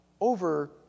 over